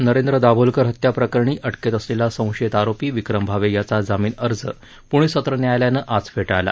नरेंद्र दाभोलकर हत्याप्रकरणी अटकेत असलेला संशयित आरोपी विक्रम भावे याचा जामिन अर्ज प्णे सत्र न्यायालयानं आज फेटाळला